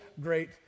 great